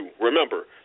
Remember